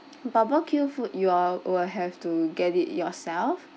barbecue food you all will have to get it yourself